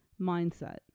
mindset